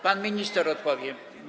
Pan minister odpowie.